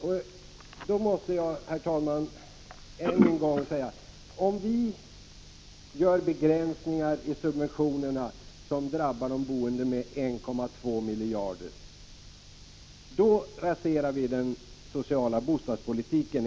Jag måste då, herr talman, än en gång säga: Om vi gör begränsningar i subventionerna som drabbar de boende med 1,2 miljarder, raserar vi enligt Maj-Lis Landberg den sociala bostadspolitiken.